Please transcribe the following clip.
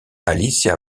alicia